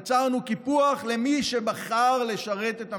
יצרנו קיפוח למי שבחר לשרת את המדינה.